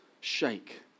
shake